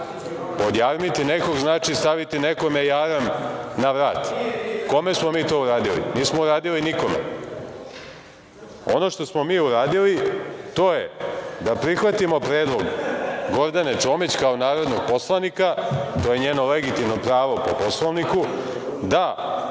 nekog, znači staviti nekome jaram na vrat. Kome smo mi to uradili? Nismo uradili nikome. Ono što smo mi uradili, to je da prihvatimo predlog Gordane Čomić, kao narodnog poslanika, to je njeno legitimno pravo po Poslovniku, da